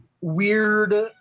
weird